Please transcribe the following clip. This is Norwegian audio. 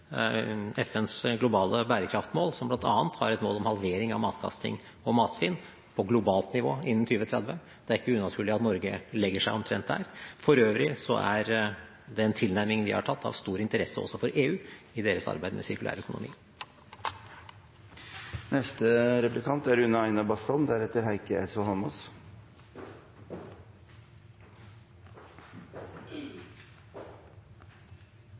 FNs globale bærekraftsmål, som bl.a. har et mål om halvering av matkasting og matsvinn på globalt nivå innen 2030. Det er ikke unaturlig at Norge legger seg omtrent der. For øvrig er den tilnærmingen vi har tatt, av stor interesse også for EU i deres arbeid med sirkulær økonomi. Takk til statsråden for engasjementet i saken og sitatet fra Edmund Burke, det er